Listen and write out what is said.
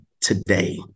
today